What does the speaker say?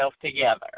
together